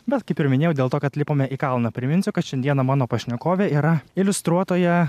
bet kaip ir minėjau dėl to kad lipome į kalną priminsiu kad šiandieną mano pašnekovė yra iliustruotoja